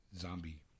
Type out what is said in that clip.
Zombie